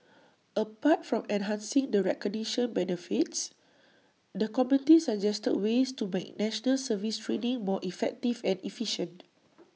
apart from enhancing the recognition benefits the committee suggested ways to make National Service training more effective and efficient